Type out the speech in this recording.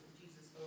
Jesus